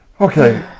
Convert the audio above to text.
okay